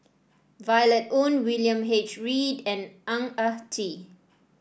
Violet Oon William H Read and Ang Ah Tee